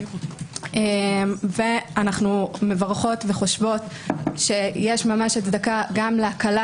אנו מברכות וחושבות שיש הצדקה גם להקלה.